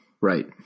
right